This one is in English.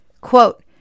Quote